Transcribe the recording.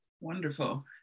Wonderful